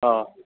हा